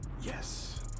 yes